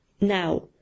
Now